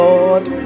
Lord